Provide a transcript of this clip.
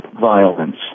violence